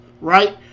right